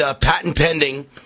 patent-pending